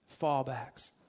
fallbacks